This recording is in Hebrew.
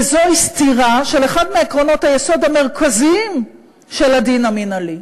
וזוהי סתירה של אחד מעקרונות היסוד המרכזיים של הדין המינהלי.